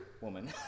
Woman